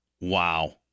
Wow